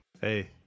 Hey